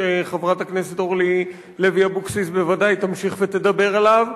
שחברת הכנסת אורלי לוי אבקסיס ודאי תמשיך ותדבר עליו,